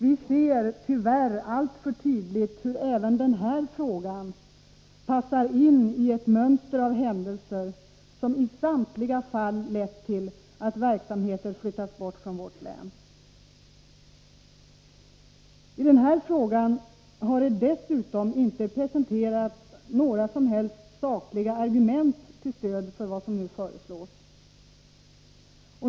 Vi ser tyvärr alltför tydligt hur även denna fråga passar in i ett mönster av händelser, som i samtliga fall lett till att verksamheter flyttats bort från vårt län. I den här frågan har det dessutom inte presenterats några som helst sakliga argument till stöd för vad som nu föreslås.